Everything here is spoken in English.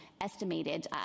estimated